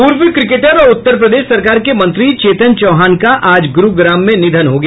पूर्व क्रिकेटर और उत्तर प्रदेश सरकार के मंत्री चेतन चौहान का आज ग्रूग्राम में निधन हो गया